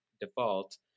default